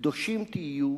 קדושים תהיו,